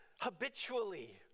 habitually